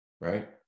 right